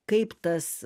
kaip tas